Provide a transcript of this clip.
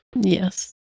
yes